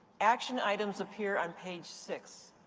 action items appear on page six.